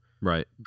Right